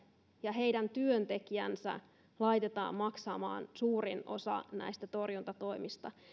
ja heidän työntekijänsä laitetaan maksamaan suurin osa näistä torjuntatoimista